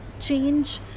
Change